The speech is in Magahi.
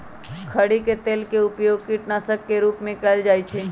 खरी के तेल के उपयोग कीटनाशक के रूप में कएल जाइ छइ